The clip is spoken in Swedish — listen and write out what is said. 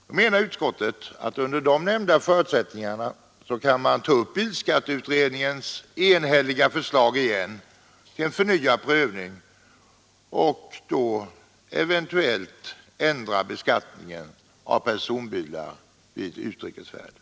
Nu menar utskottet att man under de nämnda förutsättningarna återigen kan ta upp bilskatteutredningens enhälliga förslag till prövning och då eventuellt ändra beskattningen av personbilar vid utrikes färd.